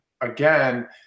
again